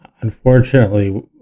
unfortunately